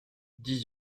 dix